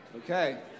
Okay